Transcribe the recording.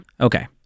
Okay